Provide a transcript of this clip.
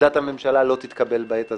עמדת הממשלה לא תתקבל בעת הזו,